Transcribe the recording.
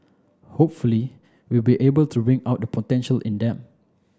hopefully we will be able to bring out the potential in them